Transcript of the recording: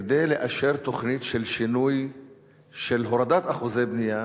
כדי לאשר תוכנית של שינוי הורדת אחוזי בנייה